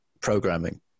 programming